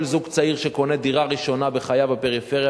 כל זוג צעיר שקונה דירה ראשונה בחייו בפריפריה